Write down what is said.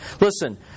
Listen